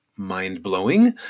mind-blowing